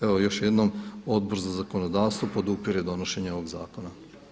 Evo još jednom, Odbor za zakonodavstvo podupire donošenje ovog zakona.